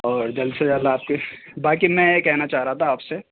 اور جلد سے جلد آپ کی باقی میں یہ کہنا چاہ رہا تھا آپ سے